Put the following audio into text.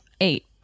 eight